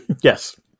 Yes